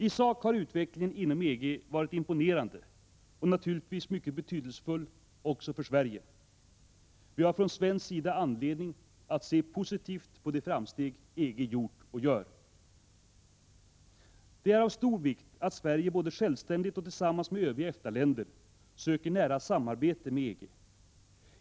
I sak har utvecklingen inom EG varit imponerande och naturligtvis mycket betydelsefull också för Sverige. Vi har från svensk sida anledning att se positivt på de framsteg EG gjort och gör. Det är av stor vikt att Sverige både självständigt och tillsammans med övriga EFTA-länder söker nära samarbete med EG.